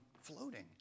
floating